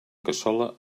cassola